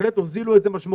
בהחלט הוזילו את זה משמעותית.